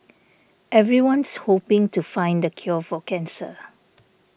everyone's hoping to find the cure for cancer